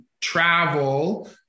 travel